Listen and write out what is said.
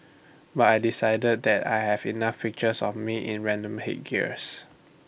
but I decided that I have enough pictures of me in random headgears